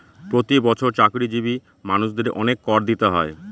প্রতি বছর চাকরিজীবী মানুষদের অনেক কর দিতে হয়